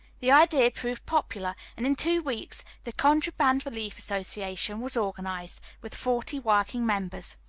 the idea proved popular, and in two weeks the contraband relief association was organized, with forty working members.